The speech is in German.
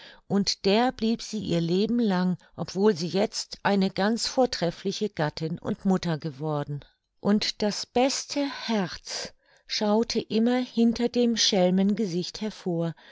und der blieb sie ihr lebenlang obwohl sie jetzt eine ganz vortreffliche gattin und mutter geworden und das beste herz schaute immer hinter dem schelmgesicht hervor